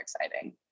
exciting